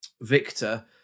Victor